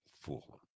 fool